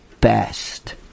best